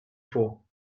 for